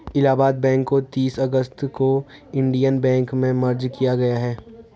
Allahabad Bank को तीस अगस्त को इन्डियन बैंक में मर्ज किया गया है